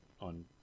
on